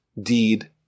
deed